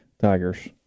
tigers